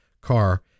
car